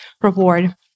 reward